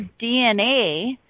DNA